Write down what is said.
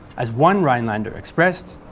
as one rhinelander expressed